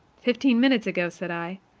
fifteen minutes ago, said i.